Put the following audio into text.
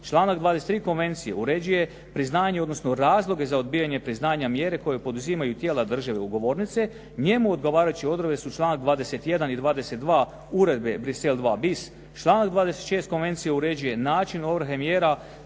Članak 23. Konvencije uređuje priznanje odnosno razloge za odbijanje priznanja. Mjere koje poduzimaju tijela države ugovornice njemu odgovarajuće odredbe su članak 21. i 22. Uredbe Bruxelles II bis. Članak 26. Konvencije uređuje način ovrhe mjera